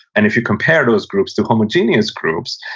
and if you compare those groups to homogeneous groups,